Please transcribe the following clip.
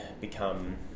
become